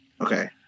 Okay